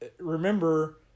remember